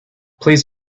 please